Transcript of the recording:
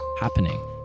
happening